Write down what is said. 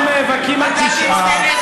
אתם נאבקים של תשעה.